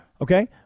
Okay